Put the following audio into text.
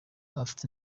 afite